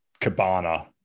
cabana